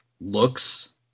looks